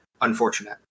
unfortunate